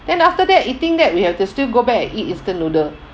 then after that you think that we have to still go back and eat instant noodle